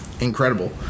incredible